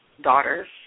daughters